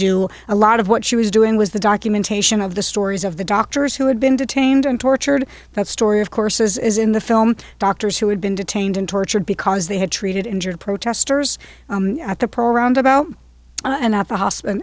do a lot of what she was doing was the documentation of the stories of the doctors who had been detained and tortured that story of course is in the film doctors who had been detained and tortured because they had treated injured protestors at the programmed about and at the hospital